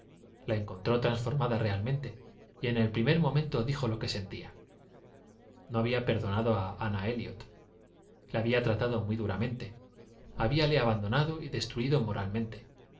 la encontró transformada realmente y en el primer momento dijo lo que sentía no había perdonado a ana elliot le había tratado muy duramente habíale abandonado y destruido moralmente